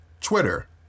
Twitter